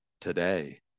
today